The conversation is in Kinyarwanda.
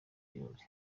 birori